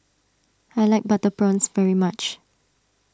I like Butter Prawns very much